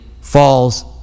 falls